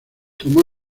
tomó